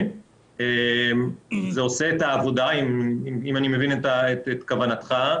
עמדה אם כן או לא צריך לדבר דווקא על זכויות הפרט.